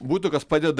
būtų kas padeda